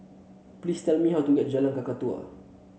please tell me how to get Jalan Kakatua